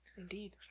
indeed